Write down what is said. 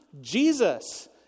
Jesus